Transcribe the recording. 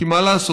כי מה לעשות?